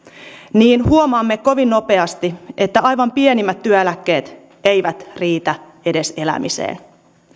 niin huomaamme kovin nopeasti että aivan pienimmät työeläkkeet eivät riitä edes elämiseen